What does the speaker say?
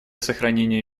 сохранения